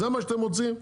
זה מה שאתם רוצים?